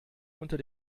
unter